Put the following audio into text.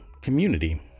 community